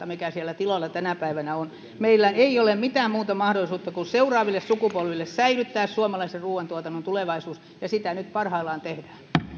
mikä siellä tiloilla tänä päivänä on meillä ei ole mitään muuta mahdollisuutta kuin seuraaville sukupolville säilyttää suomalaisen ruuantuotannon tulevaisuus ja sitä nyt parhaillaan